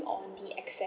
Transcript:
on the excess